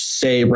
say